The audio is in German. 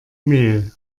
mail